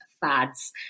fads